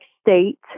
State